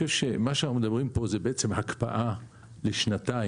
שאנחנו מדברים פה בעצם על הקפאה לשנתיים